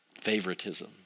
favoritism